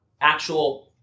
actual